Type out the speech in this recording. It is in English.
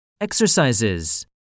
Exercises